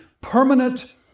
permanent